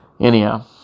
Anyhow